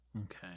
Okay